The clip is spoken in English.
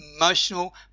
emotional